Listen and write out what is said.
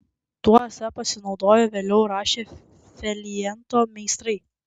tuo esą pasinaudojo vėliau rašę feljetono meistrai